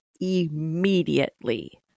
immediately